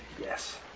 Yes